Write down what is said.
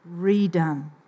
redone